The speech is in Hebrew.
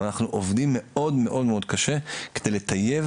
אבל אנחנו עובדים מאוד קשה כדי לטייב